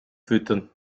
füttern